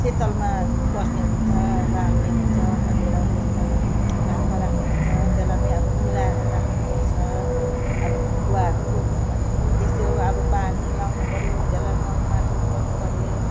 शीतलमा बस्ने हुन्छ राख्ने हुन्छ कतिवटा उयसमा घाममा राख्ने हुन्छ त्यसलाई पनि अब मिलाएर राख्नुपर्छ अब गुवाहरू रोप्यौँ भने पनि त्यस्तै हो अब पानी लगाउनुपऱ्यो त्यसलाई मल माटो गर्नुपऱ्यो